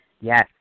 Yes